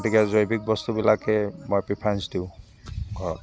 গতিকে জৈৱিক বস্তুবিলাকে মই প্ৰীফাৰেঞ্চ দিওঁ ঘৰত